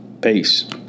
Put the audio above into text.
Peace